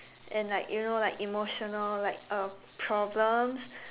and like you know like emotional like uh problems